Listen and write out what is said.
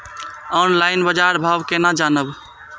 Online बाजार भाव केना जानब?